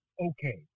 okay